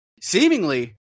seemingly